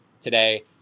today